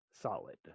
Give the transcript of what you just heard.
solid